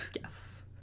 Yes